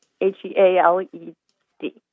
H-E-A-L-E-D